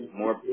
more